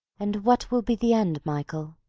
and what will be the end, michael,